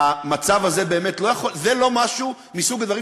אנחנו ראינו